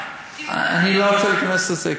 אני לא רוצה להיכנס לזה,